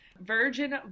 Virgin